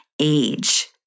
age